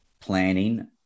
planning